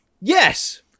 Yes